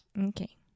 okay